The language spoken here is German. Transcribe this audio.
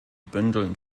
bündeln